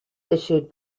issued